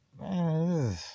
Man